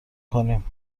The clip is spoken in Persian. کنیم